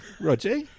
Roger